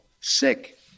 sick